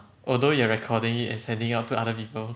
although you're recording it and sending out to other people